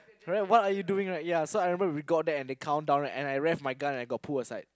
sorry what are you doing right ya so I remember we got there at the countdown right and then I rev my gun and I got pulled aside